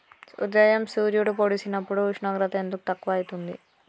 ఉదయం సూర్యుడు పొడిసినప్పుడు ఉష్ణోగ్రత ఎందుకు తక్కువ ఐతుంది?